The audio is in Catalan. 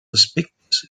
aspectes